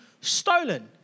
stolen